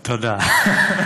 תודה.